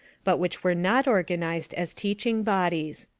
but which were not organized as teaching bodies.